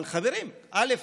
אבל חברים, א.